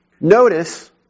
notice